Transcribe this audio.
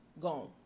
gone